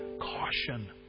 caution